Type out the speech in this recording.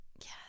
Yes